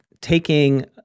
taking